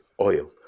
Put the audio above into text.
oil